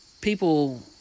people